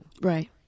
Right